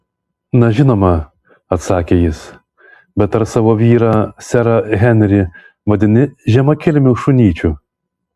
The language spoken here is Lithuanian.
na žinoma atsakė jis bet ar savo vyrą serą henrį vadini žemakilmiu šunyčiu